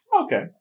Okay